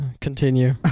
Continue